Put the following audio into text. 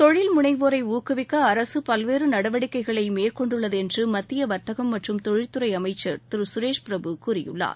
தொழில்முனைவோரை ஊக்குவிக்க அரசு பல்வேறு நடவடிக்கைகளை மேற்கொண்டுள்ளது என்று மத்திய வர்த்தகம் மற்றும் தொழில்துறை அமைச்சர் திரு சுரேஷ் பிரபு கூறியுள்ளார்